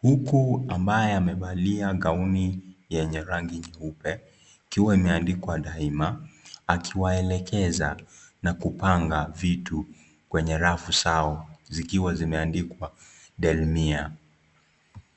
Huku ambaye amevalia gauni yenye rangi nyeupe ikiwa imeandikwa "Daima", akiwaelegeza na kupanga vitu kwenye rafu zao, zikiwa zimeandikwa "Delamere".